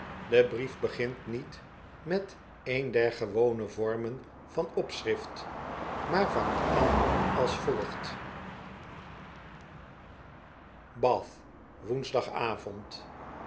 de brief begint niet met een der gewone vormen van opschrift maar vangt aan als volgt bath